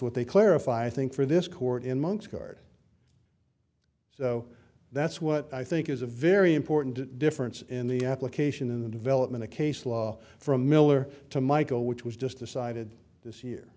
what they clarify i think for this court in months card so that's what i think is a very important difference in the application in the development of case law from miller to michael which was just decided this year